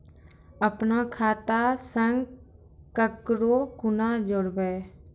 अपन खाता संग ककरो कूना जोडवै?